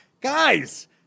Guys